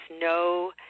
no